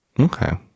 Okay